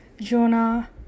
jonah